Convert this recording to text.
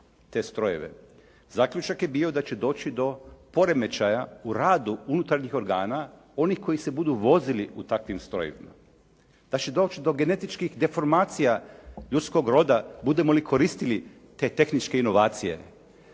te strojeve? Zaključak je bio da će doći do poremećaja u radu unutarnjih organa onih koji se budu vozili u takvim strojevima, pa će doći do genetičkih deformacija ljudskog roda budemo li koristili te tehničke inovacije.